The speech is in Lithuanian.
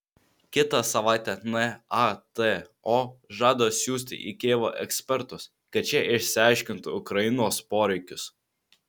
kitą savaitę nato žada siųsti į kijevą ekspertus kad šie išsiaiškintų ukrainos poreikius